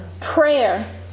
prayer